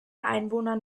einwohner